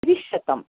त्रिशतं